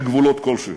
בגבולות כלשהם.